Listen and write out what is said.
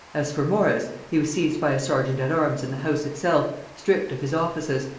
as for morice, he was seized by a serjeant at arms in the house itself, stripped of his offices,